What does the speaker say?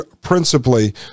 principally